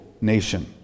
nation